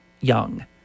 young